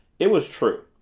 it was true.